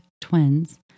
twins